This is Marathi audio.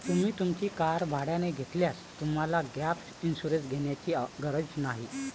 तुम्ही तुमची कार भाड्याने घेतल्यास तुम्हाला गॅप इन्शुरन्स घेण्याची गरज नाही